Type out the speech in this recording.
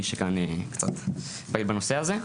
מי שכאן קצת פעיל בנושא הזה,